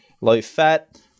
low-fat